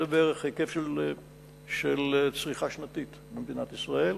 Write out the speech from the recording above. שזה בערך היקף של צריכה שנתית במדינת ישראל,